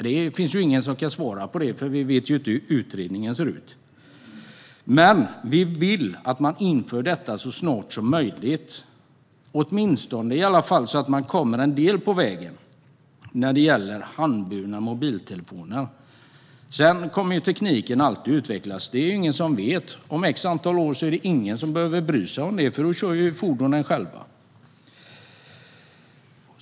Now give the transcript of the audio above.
Det finns ingen som kan svara på det, för vi vet inte hur utredningen ser ut. Men vi vill att man inför detta så snart som möjligt så att man i alla fall kommer en bit på vägen när det gäller handburna mobiltelefoner. Sedan kommer tekniken alltid att utvecklas. Om ett antal år är det säkert ingen som behöver bry sig om detta, för då kör fordonen själva.